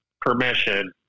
permission